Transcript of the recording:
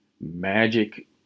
magic